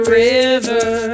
river